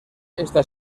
esta